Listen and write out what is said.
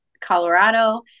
Colorado